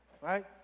right